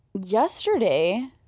yesterday